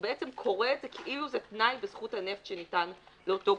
הוא בעצם קורא את זה כאילו זה תנאי בזכות הנפט שניתן לאותו גורם.